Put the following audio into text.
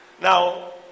Now